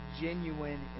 genuine